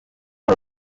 uru